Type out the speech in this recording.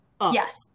Yes